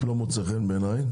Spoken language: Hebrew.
לא מוצא חן בעיניי,